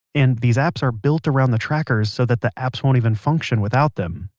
and these apps are built around the trackers so that the apps won't even function without them.